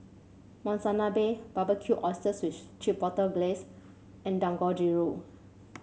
Monsunabe Barbecued Oysters with Chipotle Glaze and Dangojiru